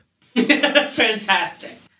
Fantastic